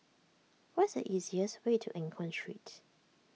what is the easiest way to Eng Hoon Street